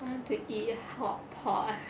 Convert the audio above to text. I want to eat hot pot